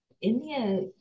india